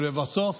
לבסוף,